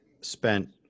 spent